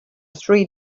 three